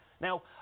Now